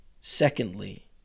Secondly